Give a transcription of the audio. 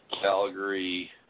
Calgary